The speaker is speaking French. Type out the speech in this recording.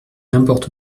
importe